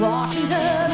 Washington